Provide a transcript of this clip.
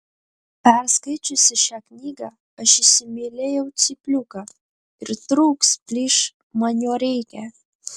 perskaičiusi šią knygą aš įsimylėjau cypliuką ir trūks plyš man jo reikia